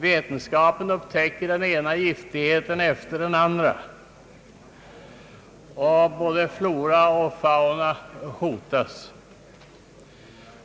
Vetenskapen upptäcker förekomst av det ena giftiga ämnet efter det andra, och både flora och fauna hotas.